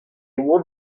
oan